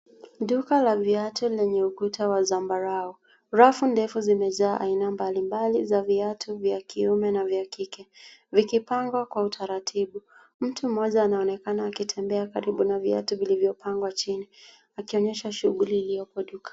Duka la viatu lenye ukuta wa zambarau. Rafu ndefu zimejaa aina mbalimbali za viatu vya kiume na vya kike vikipangwa kwa utaratibu. Mtu mmoja anaonekana akitembea karibu na viatu vilivyopangwa chini, akionyesha shughuli hiyo kwa duka.